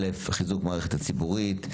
א', חיזוק המערכת הציבורית.